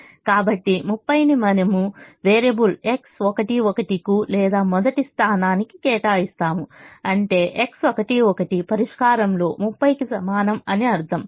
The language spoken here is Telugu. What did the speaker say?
కాబట్టి 30 ని మనము వేరియబుల్ X11 కు లేదా మొదటి స్థానానికి కేటాయిస్తాము అంటే X11 పరిష్కారంలో 30 కి సమానం అని అర్థం